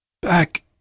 Back